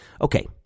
Okay